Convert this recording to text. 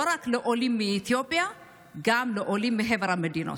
לא רק לעולים מאתיופיה אלא גם לעולים מחבר המדינות,